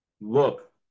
Look